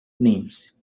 names